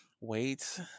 wait